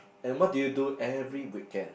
and what do you do every weekend